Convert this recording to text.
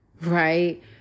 right